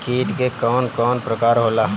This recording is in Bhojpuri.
कीट के कवन कवन प्रकार होला?